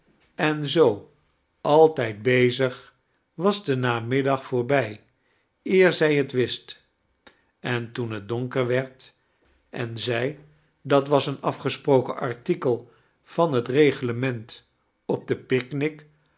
en zoo altijd bezig was de namiddag voorbij eer zij t wist en toen het donker werd en zij dat was een afgesproken artdkel van het reglement op de